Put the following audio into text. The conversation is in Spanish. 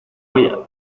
olla